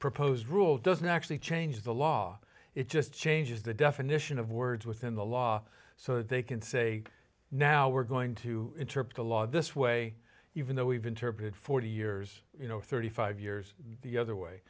proposed rule doesn't actually change the law it just changes the definition of words within the law so they can say now we're going to interpret the law this way even though we've interpreted forty years you know thirty five years the other way